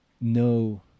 no